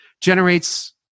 generates